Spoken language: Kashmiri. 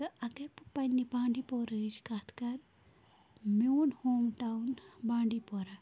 تہٕ اَگَے بہٕ پنٛنہِ بانٛڈی پورٕہٕچ کَتھ کَرٕ میون ہوم ٹاوُن بانٛڈی پورہ